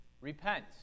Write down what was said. Repent